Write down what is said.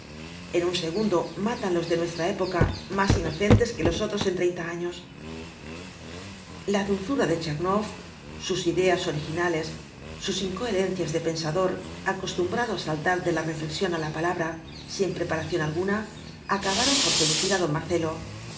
en un segundo matan los de nuestra época más inocentes que los otros en treinta años la dulzura de tchernoff sus ideas originales sus incoherencias de pensador acostumbrado á saltar de la reflexión á la palabra sin preparación alguna acabaron por seducir á don marcelo